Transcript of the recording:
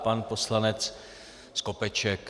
Pan poslanec Skopeček.